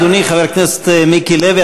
אדוני חבר הכנסת מיקי לוי,